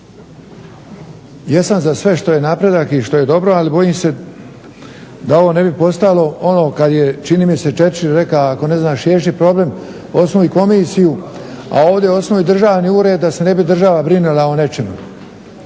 Jesam za sve što je napredak i što je dobro, ali bojim se da ovo ne bi postalo ono kad je čini mi se Churchill rekao ako ne znaš riješiti problem osnuj komisiju, a ovdje osnuj državni ured da se ne bi država brinula o nečemu.